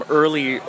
early